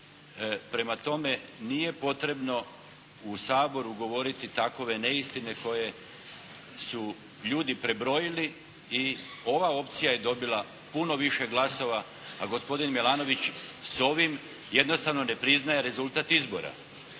Prema tome nije potrebno u Saboru govoriti takove neistine koje su ljudi prebrojili. I ova opcija je dobila puno više glasova, a gospodin Milanović s ovim jednostavno ne priznaje rezultat izbora.